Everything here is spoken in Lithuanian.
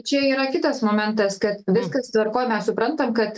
čia yra kitas momentas kad viskas tvarkoj mes suprantam kad